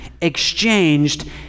exchanged